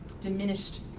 diminished